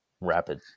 rapid